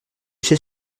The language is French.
sais